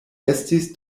estis